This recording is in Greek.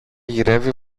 γυρεύει